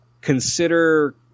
consider